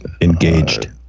Engaged